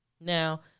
Now